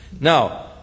Now